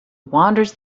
wanders